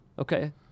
Okay